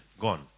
gone